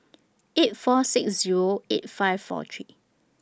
eight four six Zero eight five four three